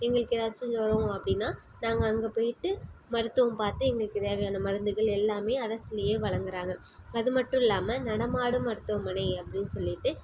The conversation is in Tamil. எங்களுக்கு எதாச்சும் ஜுரம் அப்படினா நாங்கள் அங்கே போய்ட்டு மருத்துவம் பார்த்து எங்களுக்கு தேவையான மருந்துகள் எல்லாமே அரசுலையே வழங்குகிறாங்க அது மட்டுல்லாமல் நடமாடும் மருத்துவமனை அப்படின்னு சொல்லிவிட்டு